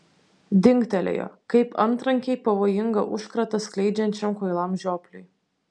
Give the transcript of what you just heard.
dingtelėjo kaip antrankiai pavojingą užkratą skleidžiančiam kvailam žiopliui